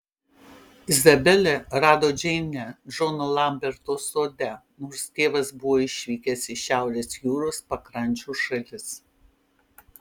izabelė rado džeinę džono lamberto sode nors tėvas buvo išvykęs į šiaurės jūros pakrančių šalis